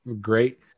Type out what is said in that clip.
great